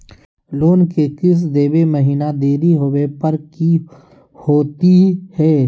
Loan के किस्त देवे महिना देरी होवे पर की होतही हे?